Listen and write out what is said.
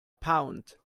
pound